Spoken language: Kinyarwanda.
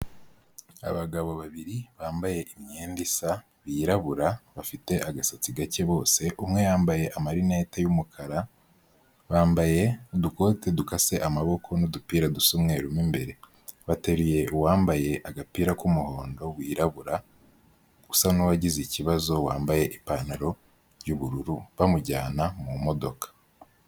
Abagabo babiri bambaye imyenda isa, birabura, bafite agasatsi gake bose, umwe yambaye amarinete y'umukara, bambaye udukote dukase amaboko n'udupira dusa umweru mo imbere. Bateruye uwambaye agapira k'umuhondo wirabura, usa n'uwagize ikibazo, wambaye ipantaro y'ubururu bamujyana mu modoka.